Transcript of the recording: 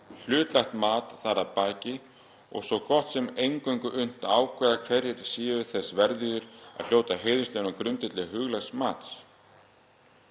hlutlægt mat þar að baki og svo gott sem eingöngu unnt að ákveða hverjir séu þess verðugir að hljóta heiðurslaun á grundvelli huglægs mats.